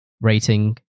rating